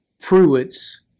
Pruitt's